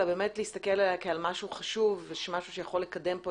אלא באמת להסתכל עליה כעל משהו חשוב ומשהו שיכול לקדם את